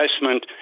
investment